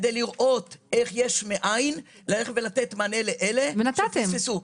כדי לראות איך יש מאין לתת מענה לאלה שפספסו.